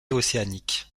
océanique